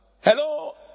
Hello